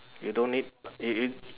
you don't need